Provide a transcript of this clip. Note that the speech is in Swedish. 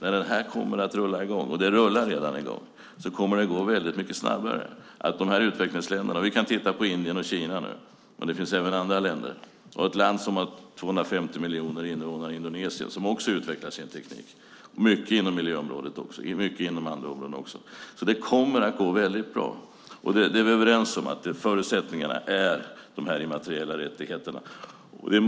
När det här rullar i gång - det rullar redan - kommer det att gå mycket snabbare. Indien, Kina med flera länder samt ett land med 250 miljoner invånare, nämligen Indonesien, utvecklar också sin teknik inom miljöområdet och andra områden. Det kommer att gå väldigt bra. Vi är överens om att förutsättningarna är de immateriella rättigheterna.